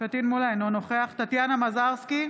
אינו נוכח טטיאנה מזרסקי,